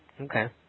okay